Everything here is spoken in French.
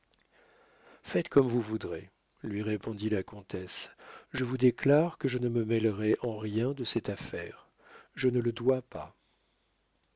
faites comme vous voudrez lui répondit la comtesse je vous déclare que je ne me mêlerai en rien de cette affaire je ne le dois pas